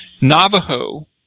Navajo